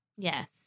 Yes